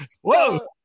Whoa